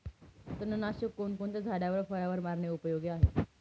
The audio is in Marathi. तणनाशक कोणकोणत्या झाडावर व फळावर मारणे उपयोगी आहे?